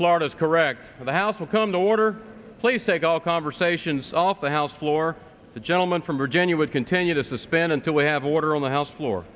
florida is correct and the house will come to order placed to call conversations off the house floor the gentleman from virginia would continue to suspend until we have order on the house f